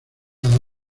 cada